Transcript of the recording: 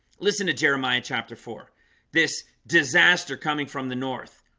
listen to jeremiah chapter four this disaster coming from the north.